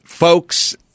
Folks